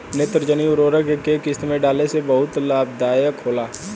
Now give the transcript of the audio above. नेत्रजनीय उर्वरक के केय किस्त में डाले से बहुत लाभदायक होला?